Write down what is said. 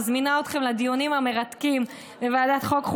מזמינה אתכם לדיונים המרתקים בוועדת החוקה,